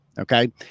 Okay